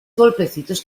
golpecitos